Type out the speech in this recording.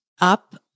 up